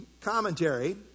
Commentary